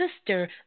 sister